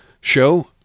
show